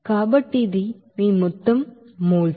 కాబట్టి ఇది మీ మొత్తం మోల్స్